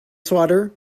swatter